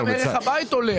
גם ערך הבית עולה.